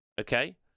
okay